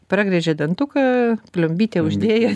pragręžė dantuką plombytę uždėjo